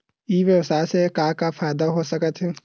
ई व्यवसाय से का का फ़ायदा हो सकत हे?